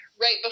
right